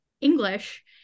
English